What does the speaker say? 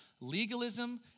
legalism